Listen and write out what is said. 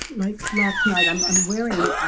like last night i'm i'm wearing. ah